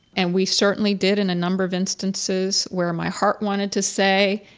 and we certainly did in a number of instances where my heart wanted to say,